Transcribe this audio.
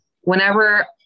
whenever